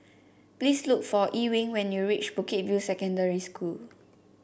please look for Ewing when you reach Bukit View Secondary School